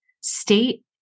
state